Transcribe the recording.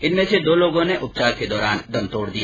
इनमें से दो लोगों ने उपचार के दौरान दम तोड़ दिया